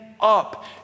up